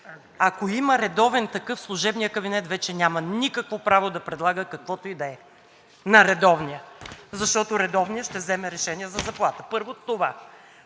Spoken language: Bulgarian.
Ако има редовен такъв, служебният кабинет вече няма никакво право да предлага каквото и да е на редовния, защото редовният ще вземе решение за заплатата. Първо е това.